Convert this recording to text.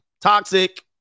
Toxic